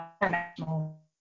international